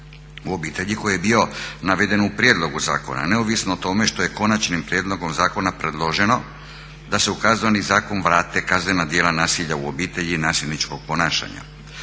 u obitelji koje je bilo navedeno u prijedlogu zakona neovisno o tome što je konačnim prijedlogom zakona predloženo da se u Kazneni zakon vrate kaznena djela nasilja u obitelji i nasilničkog ponašanja.